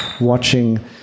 watching